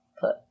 put